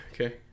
Okay